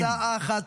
הצעה אחת.